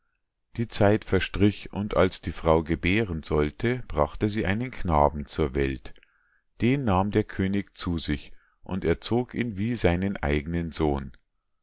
die zeit verstrich und als die frau gebären sollte brachte sie einen knaben zur welt den nahm der könig zu sich und erzog ihn wie seinen eignen sohn